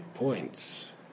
Points